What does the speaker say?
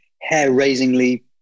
hair-raisingly